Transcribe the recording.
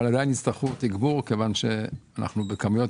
אבל עדיין יצטרכו תגבור מכיוון שאנחנו עם כמויות